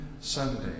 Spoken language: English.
Sunday